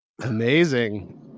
Amazing